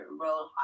role